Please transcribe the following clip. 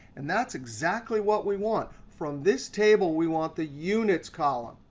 and that's exactly what we want. from this table, we want the units column.